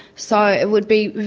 so it would be,